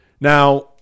Now